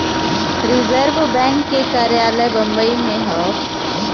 reserve bank के कार्यालय बम्बई में हौ